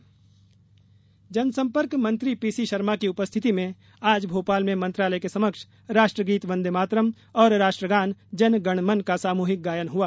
सामुहिक गायन जनसम्पर्क मंत्री पीसी शर्मा की उपस्थिति में आज भोपाल में मंत्रालय के समक्ष राष्ट्र गीत वंदे मातरम और राष्ट्र गान जन गण मन का सामूहिक गायन हुआ